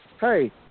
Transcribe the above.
Hey